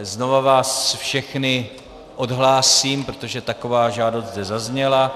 Znova vás všechny odhlásím, protože taková žádost zde zazněla.